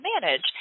manage